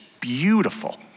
beautiful